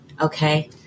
Okay